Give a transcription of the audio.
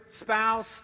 spouse